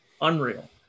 Unreal